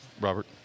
Robert